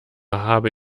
habe